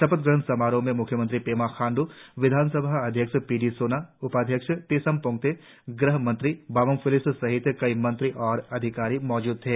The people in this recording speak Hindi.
शपथ ग्रहण समारोह में म्ख्यमंत्री पेमा खांड्र विधान सभा अध्यक्ष पी डी सोना उपाध्यक्ष तेसाम पोंग्ते गृह मंत्री बामंग फेलिक्स सहित कई मंत्री और अधिकारी मौजूद थे